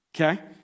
okay